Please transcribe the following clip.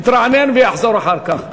יתרענן ויחזור אחר כך.